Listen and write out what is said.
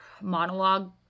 monologue